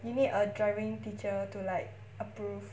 you need a driving teacher to like approve